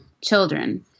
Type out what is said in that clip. children